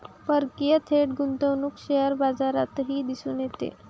परकीय थेट गुंतवणूक शेअर बाजारातही दिसून येते